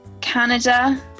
canada